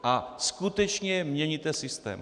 A skutečně měníte systém.